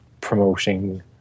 promoting